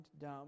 dumb